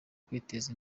kwiteza